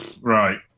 Right